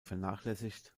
vernachlässigt